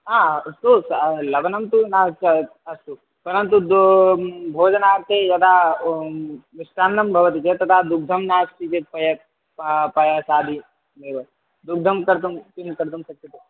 अस्तु स् लवनं तु न स अस्तु परन्तु दो भोजनार्थे यदा मिष्टान्नं भवति चेत् तदा दुग्धं नास्ति चेत् पायसं पायसादि एव दुग्धं कर्तुं किं कर्तुं शक्यते